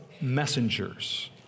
messengers